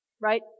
right